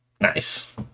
Nice